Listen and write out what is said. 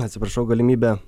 atsiprašau galimybę